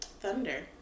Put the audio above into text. Thunder